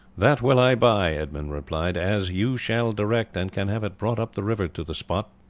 that will i buy, edmund replied, as you shall direct, and can have it brought up the river to the spot.